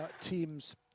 team's